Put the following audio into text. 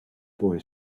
boy